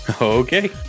Okay